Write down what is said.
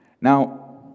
Now